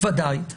ודאי.